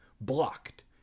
blocked